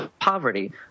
poverty